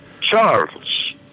Charles